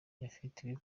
yafatiwe